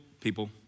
people